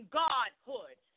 godhood